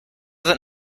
that